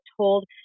told